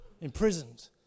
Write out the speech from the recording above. imprisoned